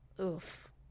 oof